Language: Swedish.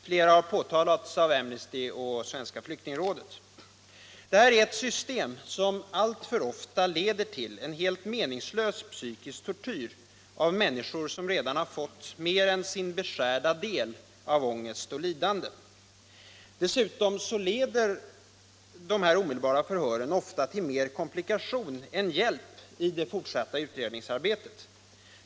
Flera har påtalats av Amnesty och Svenska flyktingrådet. Det här är ett system som alltför ofta leder till en helt meningslös psykisk tortyr av människor som redan har fått mer än sin beskärda del av ångest och lidande. Dessutom är dessa omedelbara förhör ofta mer en komplikation än en hjälp i det fortsatta utredningsarbetet.